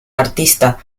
artista